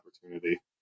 opportunity